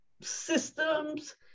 systems